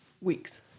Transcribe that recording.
weeks